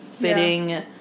fitting